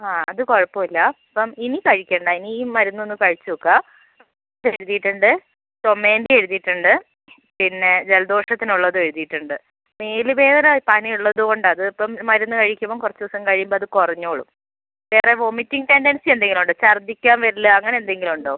ആ അത് കുഴപ്പം ഇല്ല അപ്പം ഇനി കഴിക്കണ്ട ഇനി ഈ മരുന്നൊന്ന് കഴിച്ച് നോക്കാ പനീൻ്റെ എഴുതീട്ട്ണ്ട് ചുമേൻ്റെ എഴുതീട്ട്ണ്ട് പിന്നെ ജലദോഷത്തിനുളളതും എഴുതീട്ട്ണ്ട് മേല് വേദന പനി ഉള്ളതുകൊണ്ടാ അത് ഇപ്പം മരുന്ന് കഴിക്കുമ്പം കുറച്ച് ദിവസം കഴിയുമ്പം അത് കുറഞ്ഞോളും വേറെ വോമിറ്റിംഗ് ടെൻഡൻസി എന്തെങ്കിലും ഉണ്ടോ ഛർദ്ദിക്കാൻ വരൽ അങ്ങനെ എന്തെങ്കിലും ഉണ്ടോ